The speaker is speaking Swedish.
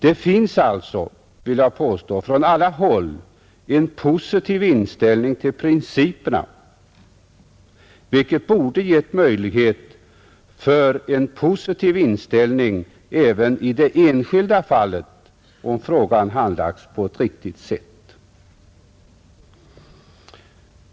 Det finns alltså, vill jag påstå, på alla håll en positiv inställning till principerna, vilket borde ha givit möjlighet till en positiv inställning även i det enskilda fallet, om frågan handlagts på ett riktigt sätt.